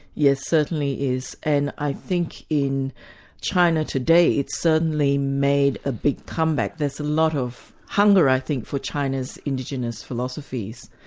yes, certainly is, and i think in china today, it's certainly made a big comeback. there's a lot of hunger, i think, for china's indigenous philosophies,